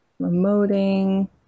Remoting